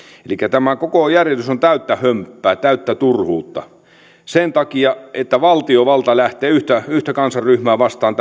elikkä tämä koko jätevesiasetus on täyttä hömppää täyttä turhuutta sen takia että valtiovalta lähtee yhtä yhtä kansanryhmää vastaan